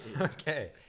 Okay